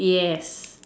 yeah